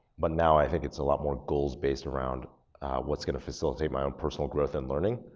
but now, i think it's a lot more goals-based around what's gonna facilitate my own personal growth and learning.